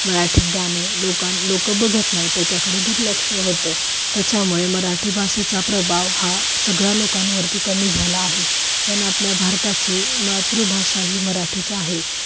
मराठी गाणे लोकांना लोकं बघत नाही त्याच्याकडे दुर्लक्ष होतं त्याच्यामुळे मराठी भाषेचा प्रभाव हा सगळ्या लोकांवरती कमी झाला आहे पण आपल्या भारताची मातृभाषा ही मराठीच आहे